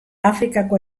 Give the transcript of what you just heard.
afrikako